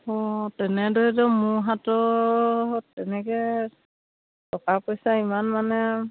অঁ তেনেদৰেতো মোৰ হাতৰ তেনেকৈ টকা পইচা ইমান মানে